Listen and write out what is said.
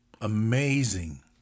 amazing